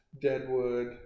Deadwood